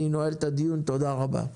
תודה רבה.